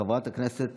חברת הכנסת